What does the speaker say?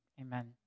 amen